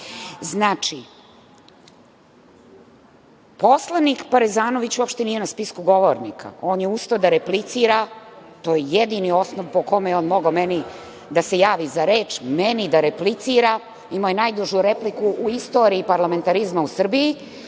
poslanik Parezanović uopšte nije na spisku govornika. On je ustao da replicira, to je jedini osnov po kome je on mogao da se javi za reč, meni da replicira. Imao je najdužu repliku u istoriji parlamentarizma u Srbiji.